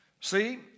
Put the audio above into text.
See